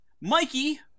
Mikey